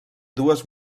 dues